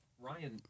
Ryan—